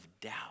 doubt